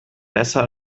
besser